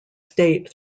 state